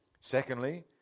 Secondly